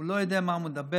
הוא לא יודע על מה הוא מדבר.